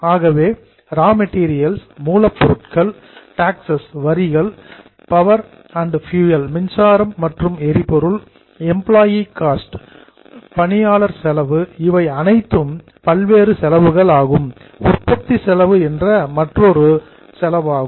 ஆகவே raw materials மூலப்பொருட்கள் taxes வரிகள் பவர் அண்ட் ஃபூயல் மின்சாரம் மற்றும் எரிபொருள் எம்பிளோயி காஸ்ட் பணியாளர் செலவு இவை அனைத்தும் பல்வேறு செலவுகள் ஆகும் உற்பத்தி செலவு என்ற மற்றொரு செலவு ஆகும்